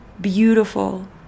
beautiful